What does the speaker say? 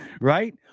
right